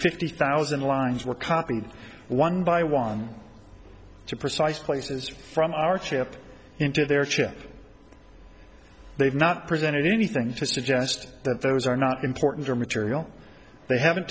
fifty thousand lines were copied one by one to precise places from our chip into their chip they've not presented anything to suggest that those are not important or material they haven't